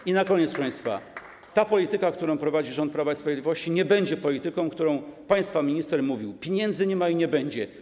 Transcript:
I na koniec, proszę państwa, ta polityka, którą prowadzi rząd Prawa i Sprawiedliwości, nie będzie polityką, o której państwa minister mówił: piniędzy nie ma i nie będzie.